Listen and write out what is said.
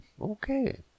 Okay